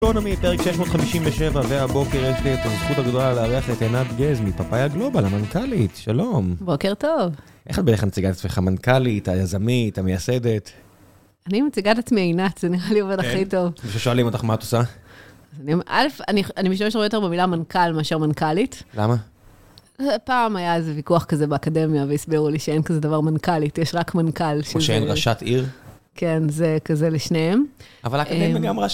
גיקונומי, פרק 657 והבוקר יש לי את הזכות הגדולה להערכת עינת גז מפאפאי גלובל, המנכאלית, שלום. בוקר טוב. איך את בדרך כלל מציגה את עצמך, המנכ"לית, היזמית, המייסדת? אני מציגה את עצמי עינת, זה נראה לי עובד הכי טוב. כששואלים אותך מה את עושה? אני משתמשת הרבה יותר במילה מנכ"ל מאשר מנכ"לית. למה? פעם היה איזה ויכוח כזה באקדמיה, והסברו לי שאין כזה דבר מנכ"לית, יש רק מנכ"ל. כמו שאין ראשת עיר? כן, זה כזה לשניהם. אבל האקדמיה גם אמרה ש.